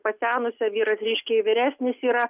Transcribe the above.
pasenusia vyras reiškia vyresnis yra